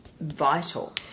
vital